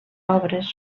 obres